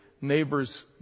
neighbors